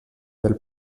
pel